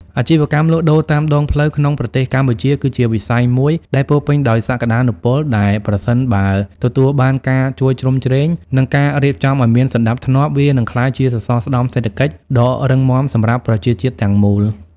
អាជីវកម្មលក់ដូរតាមដងផ្លូវក្នុងប្រទេសកម្ពុជាគឺជាវិស័យមួយដែលពោរពេញដោយសក្ដានុពល ដែលប្រសិនបើទទួលបានការជួយជ្រោមជ្រែង និងការរៀបចំឱ្យមានសណ្ដាប់ធ្នាប់ វានឹងក្លាយជាសសរស្តម្ភសេដ្ឋកិច្ចដ៏រឹងមាំសម្រាប់ប្រជាជាតិទាំងមូល។